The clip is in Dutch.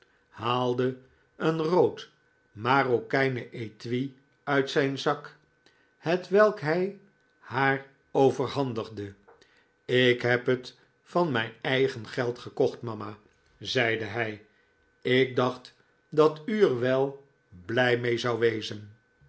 haalde een rood marokijnen etui uit zijn zak hetwelk hij haar overhandigde ik heb het van mijn eigen geld gekocht mama zeide hij ik dacht dat u er wel blij mee zou wezen